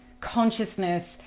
consciousness